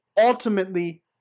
ultimately